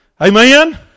Amen